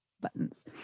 buttons